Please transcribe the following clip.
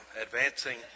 advancing